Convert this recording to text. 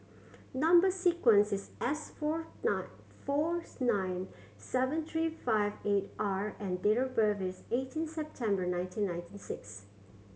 number sequence is S four nine fourth nine seven three five eight R and date of birth is eighteen September nineteen nineteen six